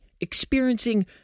experiencing